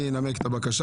אני אנמק את הבקשה.